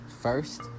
first